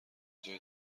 جای